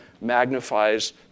magnifies